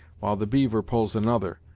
while the beaver pulls another.